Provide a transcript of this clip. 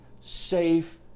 safe